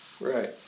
Right